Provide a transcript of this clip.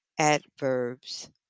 adverbs